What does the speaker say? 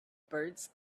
birds